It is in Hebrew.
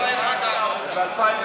להלן תוצאות ההצבעה: בעד, 52,